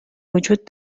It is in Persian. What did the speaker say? وجود